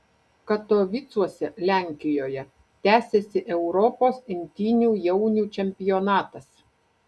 katovicuose lenkijoje tęsiasi europos imtynių jaunių čempionatas